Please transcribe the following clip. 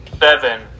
Seven